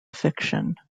fiction